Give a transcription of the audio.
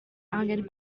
angan